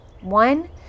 one